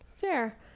Fair